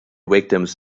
victims